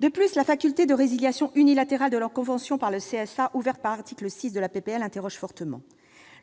De plus, la faculté de résiliation unilatérale de la convention par le CSA, ouverte par l'article 6 de la proposition de loi, interroge fortement.